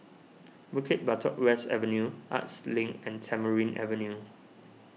Bukit Batok West Avenue Arts Link and Tamarind Avenue